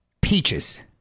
Peaches